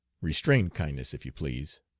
restrained kindness if you please.